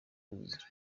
kuzuza